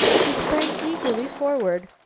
he sprang eagerly forward.